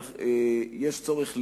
יש צורך,